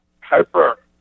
Hyper